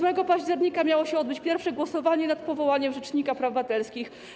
8 października miało się odbyć pierwsze głosowanie nad powołaniem rzecznika praw obywatelskich.